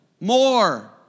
More